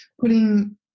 putting